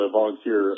volunteer